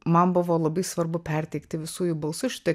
man buvo labai svarbu perteikti visu jų balsu šitą